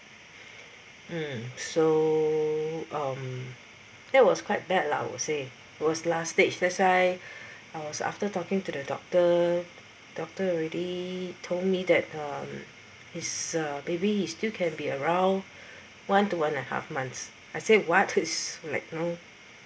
mm um so that was quite bad lah I'd say was last stage that's why I was after talking to the doctor doctor already told me that um his uh maybe you still can be around one to one and a half months I say what is like you know